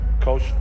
coach